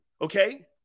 Okay